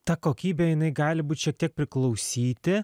ta kokybė jinai gali būt šiek tiek priklausyti